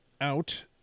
out